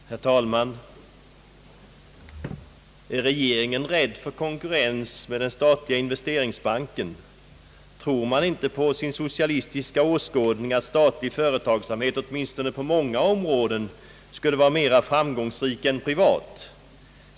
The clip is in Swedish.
Herr talman! Är regeringen rädd för konkurrens med den statliga investeringsbanken? Tror man inte på sin socialistiska åskådning, att statlig företagsamhet åtminstone på många områden skall vara mer framgångsrik än privat?